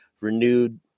renewed